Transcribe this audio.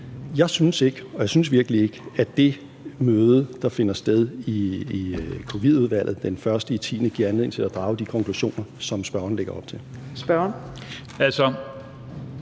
Jeg synes ikke – det synes jeg virkelig ikke – at det møde, der finder sted i Covid-19-udvalget den 1. oktober, giver anledning til at drage de konklusioner, som spørgeren lægger op til.